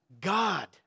God